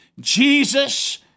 Jesus